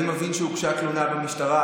אני מבין שהוגשה תלונה במשטרה,